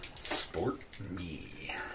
Sport-me